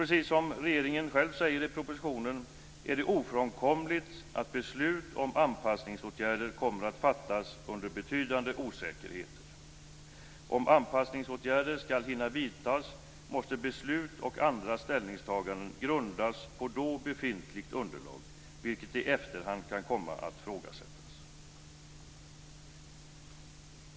Precis som regeringen själv säger i propositionen är det ofrånkomligt att beslut om anpassningsåtgärder kommer att fattas under betydande osäkerhet. Om anpassningsåtgärder skall hinna vidtas måste beslut och andra ställningstaganden grundas på då befintligt underlag, vilket i efterhand kan komma att ifrågasättas.